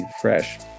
fresh